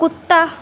ਕੁੱਤਾ